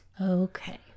Okay